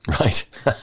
Right